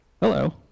Hello